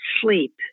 sleep